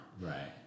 Right